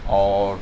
اور